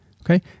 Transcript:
Okay